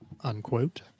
unquote